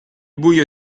buio